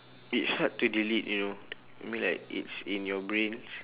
it's hard to delete you know I mean like it's in your brains